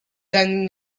then